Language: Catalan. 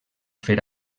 fer